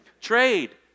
trade